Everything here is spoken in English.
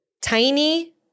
tiny